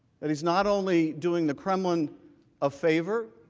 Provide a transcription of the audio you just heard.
and he is not only doing the kremlin of favor,